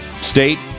state